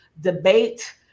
debate